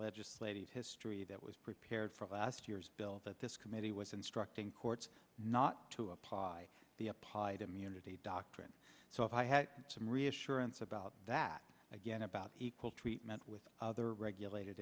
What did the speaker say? ledge ladies history that was prepared for us years bill that this committee was instructing courts not to apply the applied immunity doctrine so if i had some reassurance about that again about equal treatment with other regulated